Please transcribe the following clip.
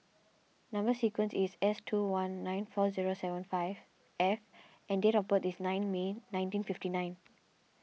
Number Sequence is S two one nine four zero seven five F and date of birth is nine May nineteen fifty nine